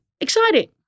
exciting